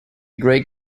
great